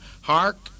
Hark